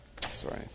Sorry